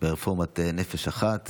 לרפורמת נפש אחת